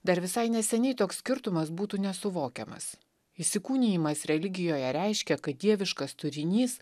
dar visai neseniai toks skirtumas būtų nesuvokiamas įsikūnijimas religijoje reiškia kad dieviškas turinys